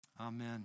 Amen